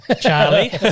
Charlie